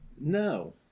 no